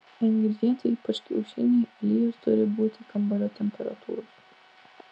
ingredientai ypač kiaušiniai aliejus turi būti kambario temperatūros